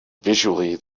visually